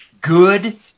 good